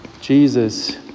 Jesus